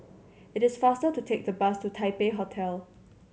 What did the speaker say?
it is faster to take the bus to Taipei Hotel